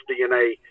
DNA